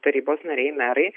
tarybos nariai merai